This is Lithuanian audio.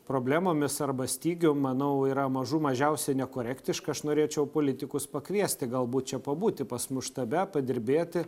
problemomis arba stygium manau yra mažų mažiausiai nekorektiška aš norėčiau politikus pakviesti galbūt čia pabūti pas mus štabe padirbėti